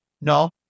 No